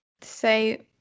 say